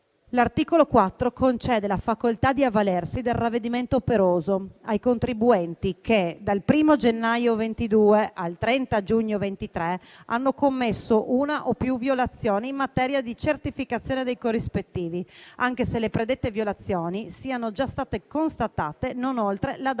L'articolo 4 concede la facoltà di avvalersi del ravvedimento operoso ai contribuenti che dal 1° gennaio 2022 al 30 giugno 2023 hanno commesso una o più violazioni in materia di certificazione dei corrispettivi, anche se le predette violazioni siano già state constatate non oltre la data